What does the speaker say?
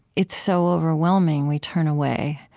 it's so overwhelming, we turn away.